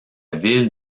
ville